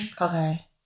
Okay